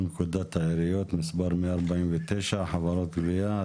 פקודת העיריות (מספר 149)(חברות גבייה),